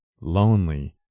lonely